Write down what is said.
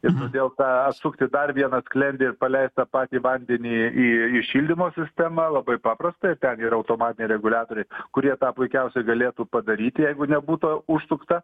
ir todėl tą atsukti dar vieną sklendę ir paleist tą patį vandenį į į šildymo sistemą labai paprasta ir ten yra automatiniai reguliatoriai kurie tą puikiausiai galėtų padaryti jeigu nebūtų užsukta